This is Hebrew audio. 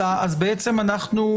בעצם, אנחנו